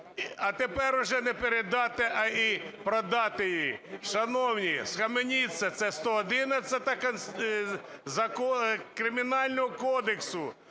А тепер вже не передати, а і продати її. Шановні, схаменіться, це 111 стаття Кримінального кодексу